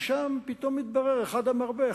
ושם פתאום התברר: אחד המרבה,